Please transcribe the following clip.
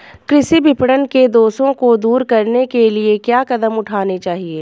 कृषि विपणन के दोषों को दूर करने के लिए क्या कदम उठाने चाहिए?